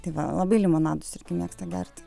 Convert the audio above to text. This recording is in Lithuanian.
tai va labai limonadus irgi mėgsta gerti